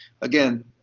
again